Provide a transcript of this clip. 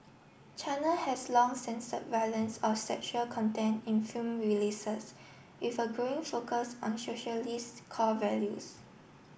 China has long censored violence or sexual content in film releases with a growing focus on socialist core values